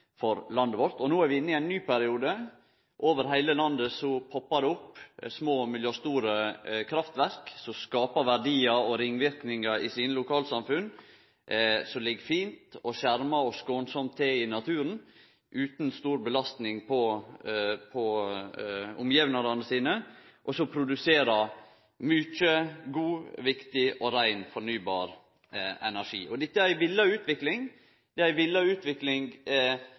for landet vårt. No er vi inne i ein ny periode: Over heile landet poppar det opp små og mellomstore kraftverk som skapar verdiar og ringverknader i sine lokalsamfunn. Dei ligg fint, skjerma og skånsamt til i naturen, utan stor belastning på omgjevnadene, og produserer mykje god, viktig og rein fornybar energi. Dette er ei vilja utvikling, ei